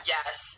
Yes